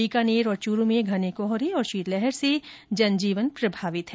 बीकानेर और चूरू में घने कोहरे और शीतलहर से जन जीवन प्रभावित है